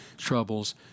troubles